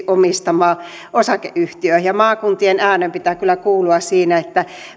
omistama osakeyhtiö ja ja maakuntien äänen pitää kyllä kuulua siinä